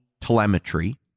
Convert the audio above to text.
telemetry